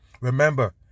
Remember